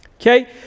Okay